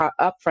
upfront